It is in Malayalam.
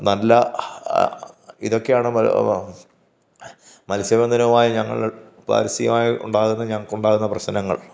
നല്ല ഇതൊക്കെയാണ് മത്സ്യബന്ധനവുമായി ഞങ്ങൾ പാരസ്ഥിതികമായി ഉണ്ടാകുന്ന ഞങ്ങൾക്കുണ്ടാകുന്ന പ്രശ്നങ്ങൾ